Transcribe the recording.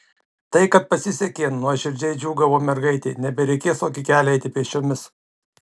tai kad pasisekė nuoširdžiai džiūgavo mergaitė nebereikės tokį kelią eiti pėsčiomis